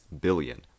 billion